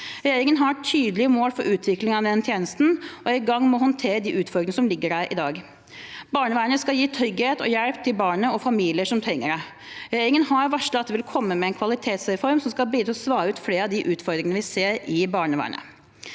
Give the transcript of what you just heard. Regjeringen har tydelige mål for utvikling av denne tjenesten og er i gang med å håndtere de utfordringene som ligger der i dag. Barnevernet skal gi trygghet og hjelp til barnet og til familier som trenger det. Regjeringen har varslet at de vil komme med en kvalitetsreform som skal bidra til å svare ut flere av de utfordringene vi ser i barnevernet.